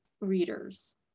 readers